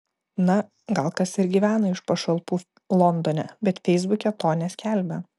na gal kas ir gyvena iš pašalpų londone bet feisbuke to neskelbia